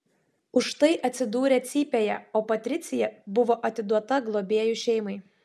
už tai atsidūrė cypėje o patricija buvo atiduota globėjų šeimai